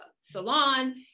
salon